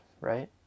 right